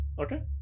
Okay